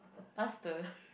pastor